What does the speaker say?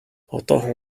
одоохон